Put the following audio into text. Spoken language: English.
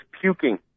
puking